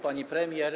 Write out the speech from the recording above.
Pani Premier!